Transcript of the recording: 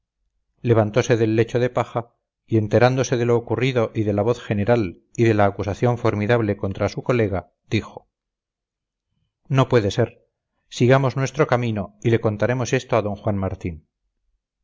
levantose del lecho de paja y enterándose de lo ocurrido y de la voz general y de la acusación formidable contra su colega dijo no puede ser sigamos nuestro camino y le contaremos esto a d juan martín